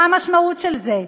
מה המשמעות של זה?